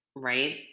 Right